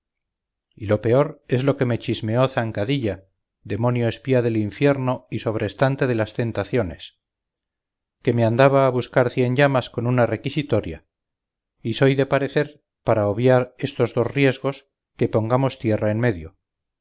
y lo peor es lo que me chismeó zancadilla demonio espía del infierno y sobrestante de las tentaciones que me andaba a buscar cienllamas con una requisitoria y soy de parecer para oviar estos dos riesgos que pongamos tierra en medio